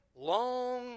Long